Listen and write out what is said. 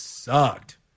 sucked